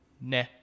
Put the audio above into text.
nah